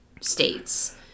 states